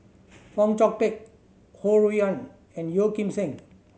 Fong Chong Pik Ho Rui An and Yeo Kim Seng